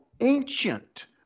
ancient